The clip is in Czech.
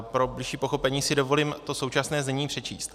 Pro bližší pochopení si dovolím to současné znění přečíst: